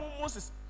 Moses